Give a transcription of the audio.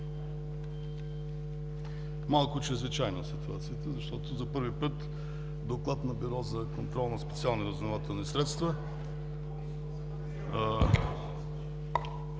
Малко чрезвичайна е ситуацията, защото за първи път Доклад на Бюро за контрол на специални разузнавателни средства